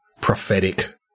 prophetic